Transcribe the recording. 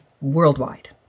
worldwide